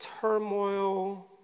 turmoil